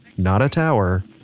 not a tower,